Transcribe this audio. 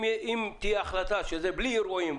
אם תהיה החלטה שזה בלי אירועים,